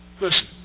Listen